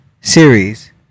series